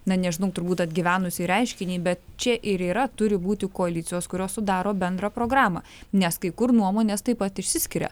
na nežinau turbūt atgyvenusį reiškinį bet čia ir yra turi būti koalicijos kurios sudaro bendrą programą nes kai kur nuomonės taip pat išsiskiria